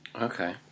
Okay